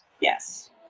Yes